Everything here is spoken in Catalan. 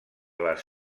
les